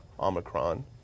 Omicron